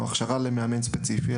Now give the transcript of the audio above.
או הכשרה למאמן ספציפי,